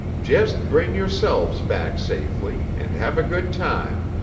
just bring yourselves back safely, and have a good time.